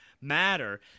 matter